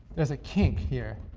there's a kink here,